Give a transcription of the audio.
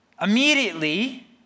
Immediately